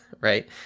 right